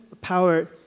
power